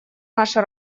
наша